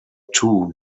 two